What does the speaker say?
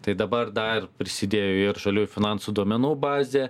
tai dabar dar prisidėjo ir žaliųjų finansų duomenų bazė